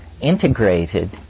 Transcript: integrated